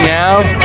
now